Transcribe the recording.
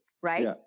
right